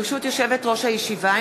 ברשות יושבת-ראש הישיבה,